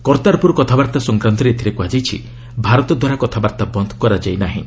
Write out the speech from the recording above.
କର୍ତ୍ତାରପୁର କଥାବାର୍ତ୍ତା ସଂକ୍ରାନ୍ତରେ ଏଥିରେ କୁହାଯାଇଛି ଭାରତ ଦ୍ୱାରା କଥାବାର୍ତ୍ତା ବନ୍ଦ କରାଯାଇନାହିଁ